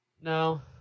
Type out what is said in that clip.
No